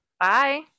Bye